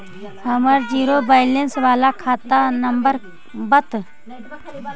हमर zero balance बाला खाता नम्बर बत?